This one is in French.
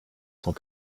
cent